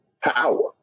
power